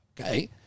okay